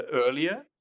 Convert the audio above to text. earlier